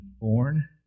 born